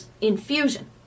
infusion